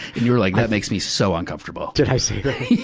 and you were like, that makes me so uncomfortable. did i say